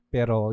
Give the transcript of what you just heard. Pero